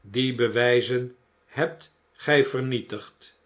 die bewijzen hebt gij vernietigd